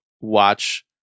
watch